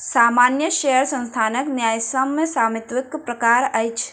सामान्य शेयर संस्थानक न्यायसम्य स्वामित्वक प्रकार अछि